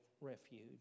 refuge